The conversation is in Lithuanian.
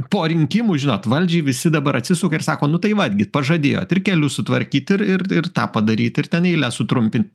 po rinkimų žinot valdžiai visi dabar atsisuka ir sako nu tai vat gi pažadėjot ir kelius sutvarkyt ir ir ir tą padaryt ir ten eiles sutrumpint